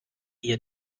ihr